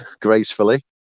gracefully